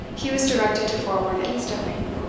he was directed to forward instantly.